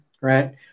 right